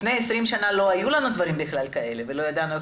לפני 20 שנה לא היו לנו בכלל דברים כאלה ולא ידענו להתמודד,